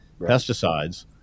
pesticides